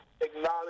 acknowledge